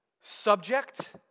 subject